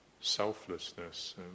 selflessness